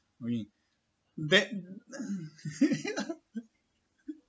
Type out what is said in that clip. we bet